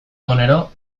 egunero